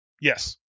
yes